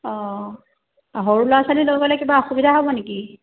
অঁ সৰু ল'ৰা ছোৱালী লৈ গ'লে কিবা অসুবিধা হ'ব নেকি